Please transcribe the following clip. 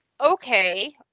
okay